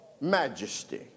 majesty